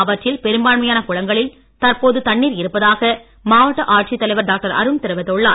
அவற்றில் பெரும்பான்மையான குளங்களில் தற்போது தண்ணீர் இருப்பதாக மாவட்ட ஆட்சி தலைவர் டாக்டர் அருண் தெரிவித்துள்ளார்